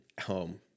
home